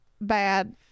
bad